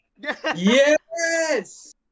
Yes